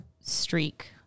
streak